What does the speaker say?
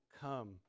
come